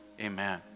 amen